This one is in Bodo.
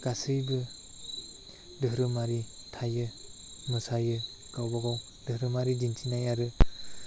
गासैबो धोरोमारि थायो मोसायो गावबा गाव धोरोमारि दिन्थिनाय आरो